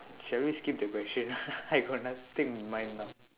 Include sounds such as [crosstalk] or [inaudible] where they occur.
shall we skip the question [laughs] I got nothing in mind now